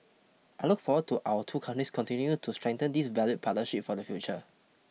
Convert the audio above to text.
I look forward to our two countries continue to strengthen this valued partnership for the future